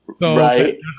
Right